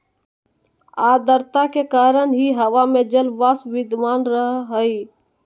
आद्रता के कारण ही हवा में जलवाष्प विद्यमान रह हई